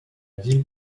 ville